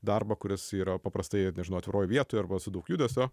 darbą kuris yra paprastai dažnai atviroj vietoj arba su daug judesio